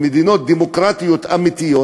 במדינות דמוקרטיות אמיתיות,